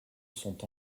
sont